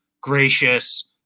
gracious